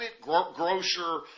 grocer